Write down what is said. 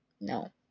No